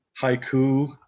haiku